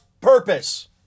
purpose